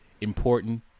important